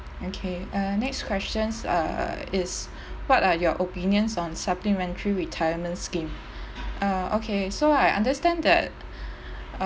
okay uh next questions uh is what are your opinions on supplementary retirement scheme uh okay so I understand that